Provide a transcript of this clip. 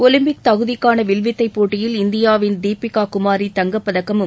Olympic தகுதிக்கான வில்வித்தை போட்டியில் இந்தியாவின் தீபிகா குமாரி தங்கப்பதக்கமும்